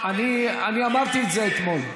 כן, אני אמרתי את זה אתמול.